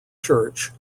church